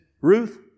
Ruth